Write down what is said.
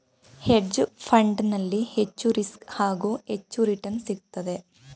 hedge fund ನಲ್ಲಿ ಹೆಚ್ಚು risk, ಹಾಗೂ ಹೆಚ್ಚು ರಿಟರ್ನ್ಸ್ ಸಿಗುತ್ತದೆ